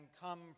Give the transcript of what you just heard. come